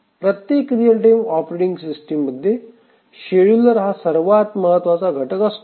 प्रत्येक real time operating system मध्ये scheduler हा सर्वात महत्त्वाचा घटक असतो